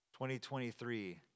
2023